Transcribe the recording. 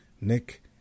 Nick